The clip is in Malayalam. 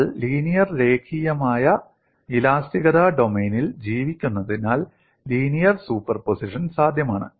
നമ്മൾ ലീനിയർ രേഖീയമായ ഇലാസ്തികത ഡൊമെയ്നിൽ ജീവിക്കുന്നതിനാൽ ലീനിയർ സൂപ്പർപോസിഷൻ സാധ്യമാണ്